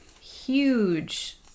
huge